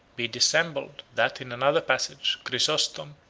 be dissembled, that, in another passage, chrysostom,